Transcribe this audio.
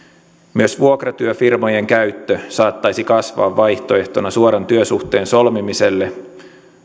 myös vuokratyöfirmojen käyttö saattaisi kasvaa vaihtoehtona suoran työsuhteen solmimiselle